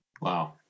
Wow